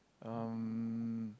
um